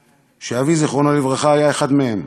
שאבי, זיכרונו לברכה, היה אחד מהם,